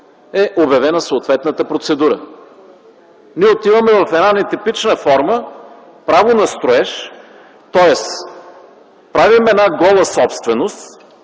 е обявена съответната процедура. Ние отиваме в една нетипична форма – право на строеж, тоест правим една гола собственост,